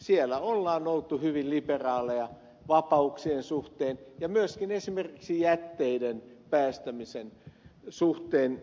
siellä on oltu hyvin liberaaleja vapauksien suhteen ja myöskin esimerkiksi jätteiden päästämisen suhteen